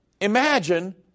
Imagine